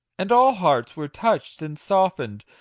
and all hearts were touched and softened,